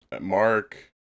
Mark